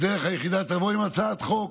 הדרך היחידה היא לבוא עם הצעת חוק.